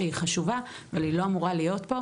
שהיא חשובה אבל היא לא אמורה להיות פה.